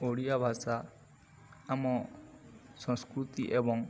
ଓଡ଼ିଆ ଭାଷା ଆମ ସଂସ୍କୃତି ଏବଂ